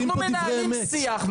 כי אנחנו מנהלים פה שיח.